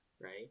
right